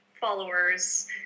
followers